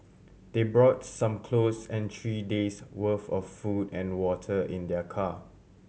they brought some clothes and three days' worth of food and water in their car